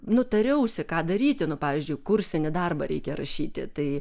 nu tariausi ką daryti pavyzdžiui kursinį darbą reikia rašyti tai